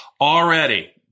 Already